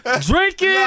drinking